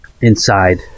inside